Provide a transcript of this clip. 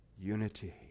unity